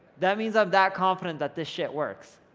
that means i'm that confident that this shit works.